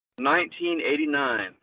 1989